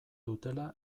dutela